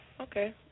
Okay